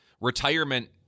retirement